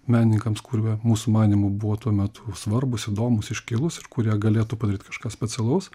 menininkams kurie mūsų manymu buvo tuo metu svarbūs įdomūs iškilūs ir kurie galėtų padaryti kažką specialaus